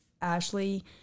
Ashley